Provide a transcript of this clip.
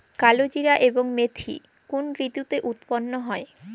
কালোজিরা এবং মেথি কোন ঋতুতে উৎপন্ন হয়?